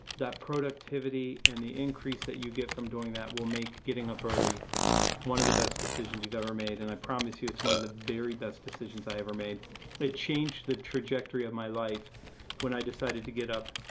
that productivity and the increase that you get from doing that will make getting up early one of the best decisions you've ever made and i promise you it's one of the very best decisions i ever made. i changed the trajectory of my life when i decided to get up